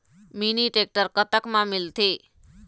Mini tractor कतक म मिलथे?